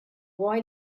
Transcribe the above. why